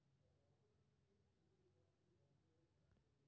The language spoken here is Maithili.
इक्विटी मूल्यवान संपत्तिक स्वामित्व होइ छै